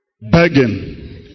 begging